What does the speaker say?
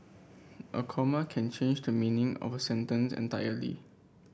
a comma can change the meaning of a sentence entirely